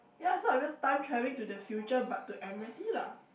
ya so I'm just time travelling to the future but to Admiralty lah